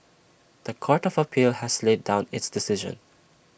The Court of appeal has laid down its decision